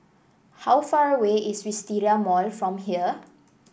how far away is Wisteria Mall from here